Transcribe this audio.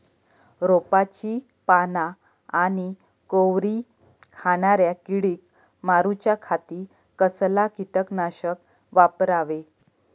रोपाची पाना आनी कोवरी खाणाऱ्या किडीक मारूच्या खाती कसला किटकनाशक वापरावे?